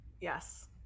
Yes